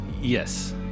Yes